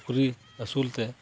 ᱥᱩᱠᱨᱤ ᱟᱹᱥᱩᱞ ᱛᱮ